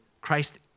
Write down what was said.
Christ